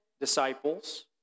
disciples